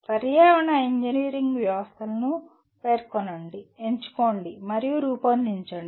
పర్యావరణ ఇంజనీరింగ్ వ్యవస్థలను పేర్కొనండి ఎంచుకోండి మరియు రూపొందించండి